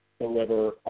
deliver